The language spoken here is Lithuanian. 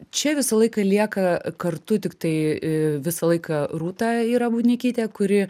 čia visą laiką lieka kartu tiktai visą laiką rūta yra bunikytė kuri